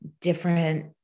different